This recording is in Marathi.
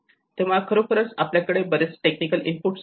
तेव्हा खरोखर आपल्याकडे बरेच टेक्निकल इनपुट्स आहे